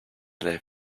their